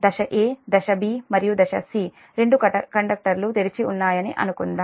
దశ 'a' దశ 'b' మరియు దశ 'c' రెండు కండక్టర్లు తెరిచి ఉన్నాయని అనుకుందాం